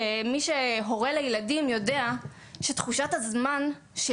מי שהורה לילדים יודע שתחושת הזמן של